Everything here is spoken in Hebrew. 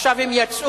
עכשיו הם יצאו,